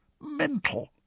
Mental